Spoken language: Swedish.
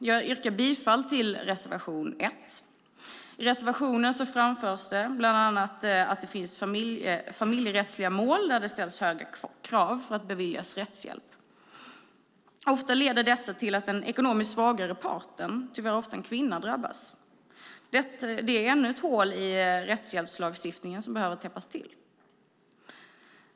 Jag yrkar bifall till reservation 1. I reservationen framförs bland annat att det finns familjerättsliga mål där det ställs höga krav för att man ska beviljas rättshjälp. Ofta leder detta till att den ekonomiskt svagare parten, tyvärr ofta en kvinna, drabbas. Det är ännu ett hål i rättshjälpslagstiftningen som behöver täppas till.